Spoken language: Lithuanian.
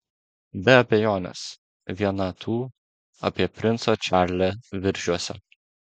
be abejonės viena tų apie princą čarlį viržiuose